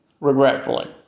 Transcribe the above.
regretfully